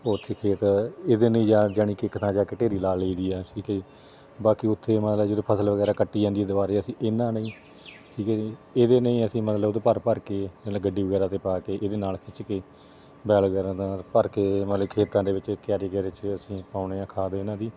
ਉੱਥੇ ਖੇਤ ਇਹਦੇ ਨਾਲ ਯਾਨੀ ਕੇ ਇੱਕ ਥਾਂ ਜਾ ਕੇ ਢੇਰੀ ਲਾ ਲਈ ਦੀ ਠੀਕ ਹੈ ਜੀ ਬਾਕੀ ਓੱਥੇ ਮਤਲਬ ਜਦੋਂ ਫ਼ਸਲ ਵਗੈਰਾ ਕੱਟੀ ਜਾਂਦੀ ਹੈ ਦੁਬਾਰੇ ਅਸੀਂ ਇਹਨਾਂ ਨੂੰ ਹੀ ਠੀਕ ਹੈ ਜੀ ਇਹਦੇ ਨਾਲ ਹੀ ਮਤਲਬ ਅਸੀਂ ਮਤਲਬ ਭਰ ਭਰ ਕੇ ਮਤਲਬ ਗੱਡੀ ਵਗੈਰਾ 'ਤੇ ਪਾ ਕੇ ਇਹਦੇ ਨਾਲ ਖਿੱਚ ਕੇ ਬੈਲ ਵਗੈਰਾ ਨਾਲ ਭਰ ਕੇ ਮਤਲਬ ਖੇਤਾਂ ਦੇ ਵਿੱਚ ਕਿਆਰੇ ਕਿਆਰੇ 'ਚ ਅਸੀਂ ਪਾਉਂਦੇ ਹਾਂ ਖਾਦ ਇਹਨਾਂ ਦੀ